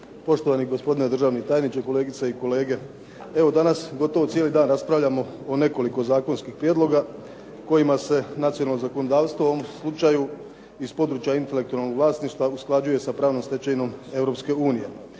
poštovani gospodine državni tajniče, kolegice i kolege. Evo danas gotovo cijeli dan raspravljamo o nekoliko zakonskih prijedloga kojima se nacionalno zakonodavstvo, u ovom slučaju iz područja intelektualnog vlasništva usklađuje sa pravnom stečevinom